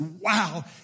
wow